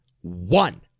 One